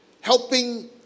helping